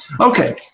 Okay